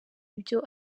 ibyo